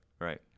right